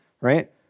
right